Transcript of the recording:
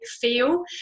feel